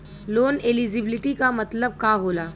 Loan eligibility का मतलब का होला?